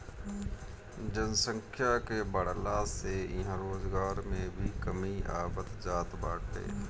जनसंख्या के बढ़ला से इहां रोजगार में भी कमी आवत जात बाटे